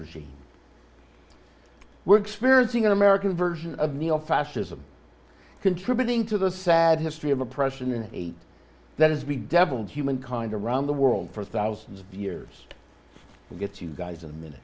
regime we're experiencing an american version of neo fascism contributing to the sad history of oppression and ate that as we deviled humankind around the world for thousands of years gets you guys a minute